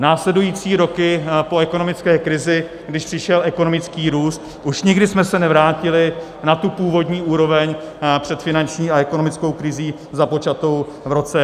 Následující roky po ekonomické krizi, když přišel ekonomický růst, už nikdy jsme se nevrátili na tu původní úroveň před finanční a ekonomickou krizí započatou v roce 2008.